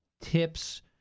Tips